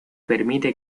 permite